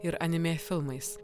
ir animė filmais